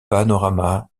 panorama